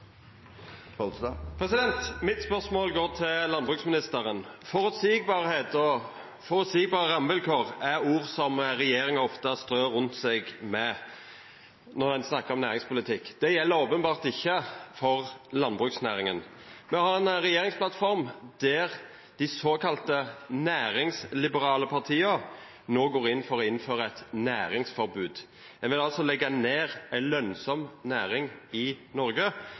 ord som regjeringa ofte strør om seg med når ein snakkar om næringspolitikk. Det gjeld openbert ikkje for landbruksnæringa. Me har ei regjeringsplattform der dei såkalla næringsliberale partia no går inn for å innføra eit næringsforbod. Ein vil altså leggja ned ei lønsam næring i Noreg,